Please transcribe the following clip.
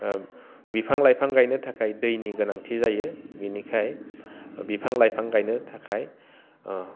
बिफां लाइफां गायनो थाखाय दैनि गोनांथि जायो बिनिखायनो बिफां लाइफां गायनो थाखाय